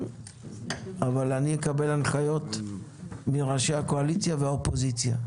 אבל אני אקבל הנחיות מראשי הקואליציה והאופוזיציה.